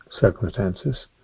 circumstances